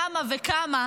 למה וכמה,